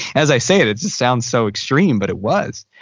as i say it, it just sounds so extreme but it was.